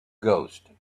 ghost